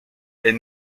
est